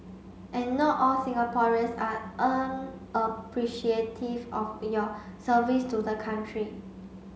and not all Singaporeans are unappreciative of your service to the country